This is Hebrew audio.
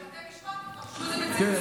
שבתי משפט יפרשו את זה בצמצום,